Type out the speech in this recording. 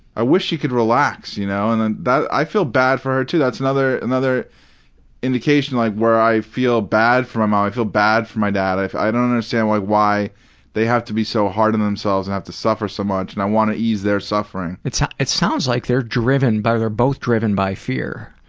i wish she could relax. you know and and i feel bad for her, too. that's another another indication, like, where i feel bad for my mom. i feel bad for my dad. i i don't understand why why they have to be so hard on themselves and have to suffer so much and i wanna ease their suffering. it so it sounds like they're driven by they're both driven by fear.